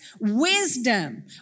wisdom